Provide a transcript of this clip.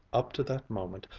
up to that moment,